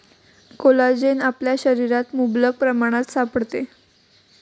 collagen आपल्या शरीरात मुबलक प्रमाणात सापडते